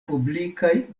publikaj